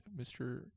Mr